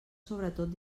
sobretot